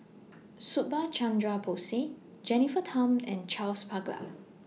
Subhas Chandra Bose Jennifer Tham and Charles Paglar